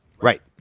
Right